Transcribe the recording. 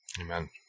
Amen